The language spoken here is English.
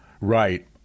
Right